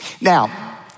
Now